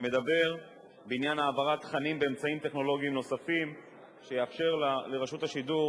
בעניין העברת תכנים באמצעים טכנולוגיים נוספים שיאפשרו לרשות השידור